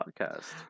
podcast